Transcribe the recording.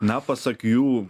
na pasak jų